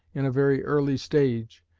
in a very early stage,